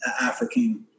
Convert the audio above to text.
African